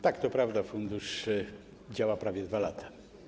Tak, to prawda, że fundusz działa prawie 2 lata.